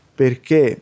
perché